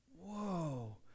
Whoa